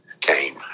came